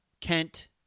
Kent